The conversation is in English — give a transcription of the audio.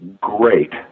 great